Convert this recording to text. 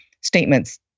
statements